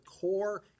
core